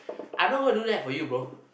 I'm not gonna do that for you bro